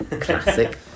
Classic